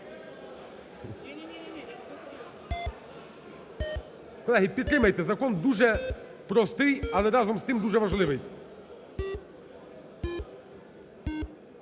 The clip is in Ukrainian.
Колеги, підтримайте, закон дуже простий, але разом з тим дуже важливий.